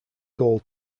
goal